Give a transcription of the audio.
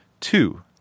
Two